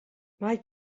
mae